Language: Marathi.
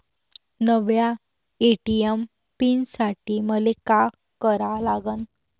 नव्या ए.टी.एम पीन साठी मले का करा लागन?